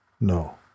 no